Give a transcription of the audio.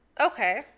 Okay